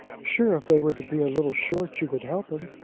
sure if they were to be a little short you could help em.